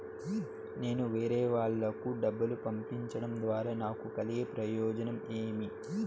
నేను వేరేవాళ్లకు డబ్బులు పంపించడం ద్వారా నాకు కలిగే ప్రయోజనం ఏమి?